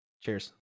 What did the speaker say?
Cheers